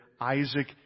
Isaac